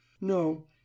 No